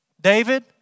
David